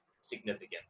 significant